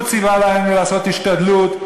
הוא ציווה לנו לעשות השתדלות,